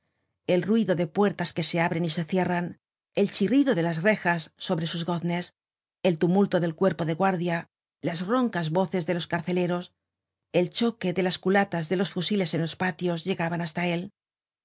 el ruido de puertas que se abren y se cierran el chirrido de las rejas sobre sus goznes el tumulto del cuerpo de guardia as roncas voces de los carceleros el choque dejas culatas de los fusiles en los patios llegaban hasta él